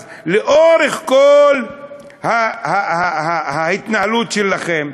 אז לאורך כל ההתנהלות שלכם,